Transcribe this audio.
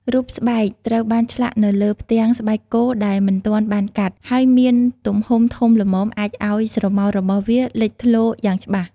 រូបស្បែកត្រូវបានឆ្លាក់នៅលើផ្ទាំងស្បែកគោដែលមិនទាន់បានកាត់ ហើយមានទំហំធំល្មមអាចឱ្យស្រមោលរបស់វាលេចធ្លោយ៉ាងច្បាស់។